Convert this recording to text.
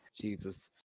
Jesus